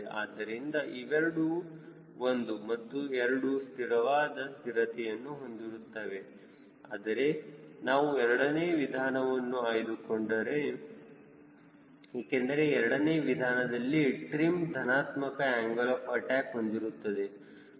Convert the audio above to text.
ಆದ್ದರಿಂದ ಇವೆರಡು ಒಂದು ಮತ್ತು ಎರಡು ಸ್ಥಿರವಾದ ಸ್ಥಿರತೆಯನ್ನು ಹೊಂದಿರುತ್ತದೆ ಆದರೆ ನಾವು ಎರಡನೇ ವಿಧಾನವನ್ನು ಆಯ್ದುಕೊಳ್ಳುತ್ತೇವೆ ಏಕೆಂದರೆ ಎರಡನೇ ವಿಧಾನದಲ್ಲಿ ಟ್ರಿಮ್ ಧನಾತ್ಮಕ ಆಂಗಲ್ ಆಫ್ ಅಟ್ಯಾಕ್ ಹೊಂದಿರುತ್ತದೆ